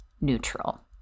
neutral